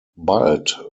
bald